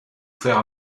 faire